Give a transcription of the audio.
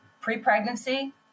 pre-pregnancy